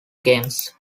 games